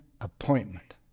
appointment